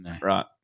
right